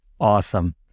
Awesome